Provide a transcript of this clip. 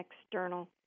external